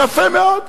יפה מאוד.